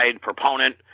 proponent